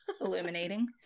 illuminating